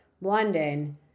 London